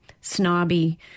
snobby